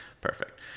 perfect